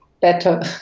better